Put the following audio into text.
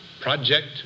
project